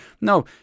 No